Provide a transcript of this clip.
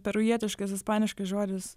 perujietiškas ispaniškai žodis